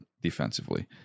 defensively